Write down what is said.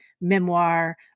memoir